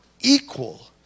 equal